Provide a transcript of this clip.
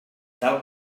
tal